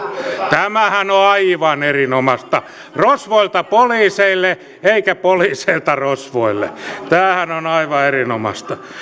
tämähän on aivan erinomaista rosvoilta poliiseille eikä poliiseilta rosvoille tämähän on aivan erinomaista